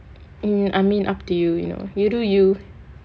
mm I mean up to you you know you do you